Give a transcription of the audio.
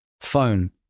Phone